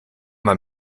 man